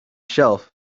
shelf